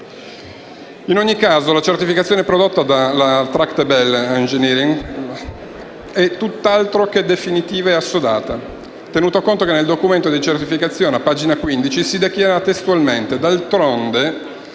In ogni caso, la certificazione prodotta dalla Tractebel Engineering è tutt'altro che definitiva e assodata, tenuto conto che a pagina 15 del documento di certificazione si dichiara testualmente: «D'altronde,